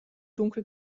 dunkel